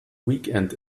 weekend